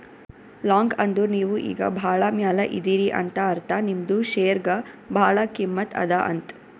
long ಅಂದುರ್ ನೀವು ಈಗ ಭಾಳ ಮ್ಯಾಲ ಇದೀರಿ ಅಂತ ಅರ್ಥ ನಿಮ್ದು ಶೇರ್ಗ ಭಾಳ ಕಿಮ್ಮತ್ ಅದಾ ಅಂತ್